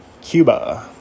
Cuba